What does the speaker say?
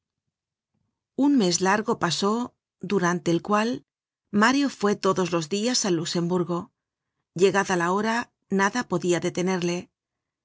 un mes largo pasó durante el cual mario fué todos los dias al luxemburgo llegada la hora nada podia detenerle